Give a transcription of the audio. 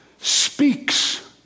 speaks